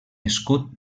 escut